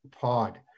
Pod